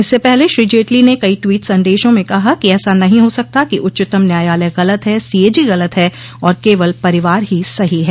इससे पहले श्री जेटली ने कई ट्वीट संदेशों में कहा कि ऐसा नहीं हो सकता कि उच्चतम न्यायालय गलत है सीएजी गलत है और केवल परिवार ही सही है